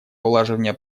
улаживания